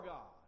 God